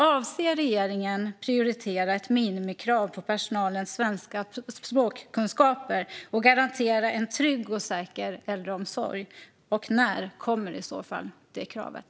Avser regeringen att prioritera ett minimikrav på personalens språkkunskaper i svenska och garantera en trygg och säker äldreomsorg? När kommer kravet?